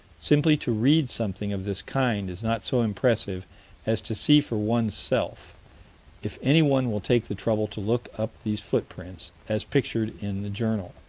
simply to read something of this kind is not so impressive as to see for one's self if anyone will take the trouble to look up these footprints, as pictured in the journal,